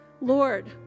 Lord